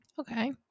Okay